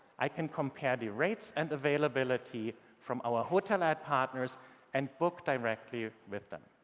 i can compare the rates and availability from our hotel ad partners and book directly with them.